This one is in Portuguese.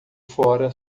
fora